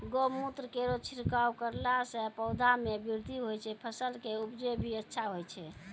गौमूत्र केरो छिड़काव करला से पौधा मे बृद्धि होय छै फसल के उपजे भी अच्छा होय छै?